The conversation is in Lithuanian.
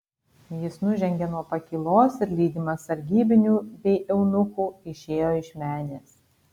jis nužengė nuo pakylos ir lydimas sargybinių bei eunuchų išėjo iš menės